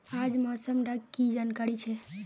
आज मौसम डा की जानकारी छै?